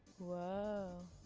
whoa